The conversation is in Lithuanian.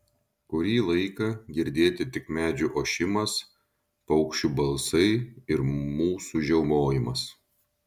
kurį laiką girdėti tik medžių ošimas paukščių balsai ir mūsų žiaumojimas